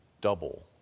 double